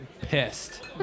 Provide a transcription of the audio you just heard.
pissed